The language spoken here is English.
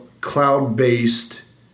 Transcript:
cloud-based